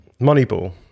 moneyball